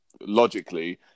logically